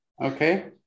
okay